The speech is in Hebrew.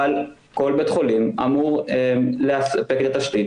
אבל כל בית חולים אמור לתת את התשתית